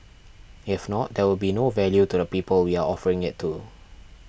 if not there would be no value to the people we are offering it to